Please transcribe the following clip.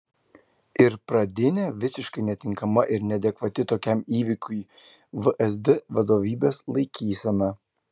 ir pradinė visiškai netinkama ir neadekvati tokiam įvykiui vsd vadovybės laikysena